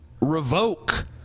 revoke